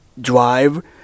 drive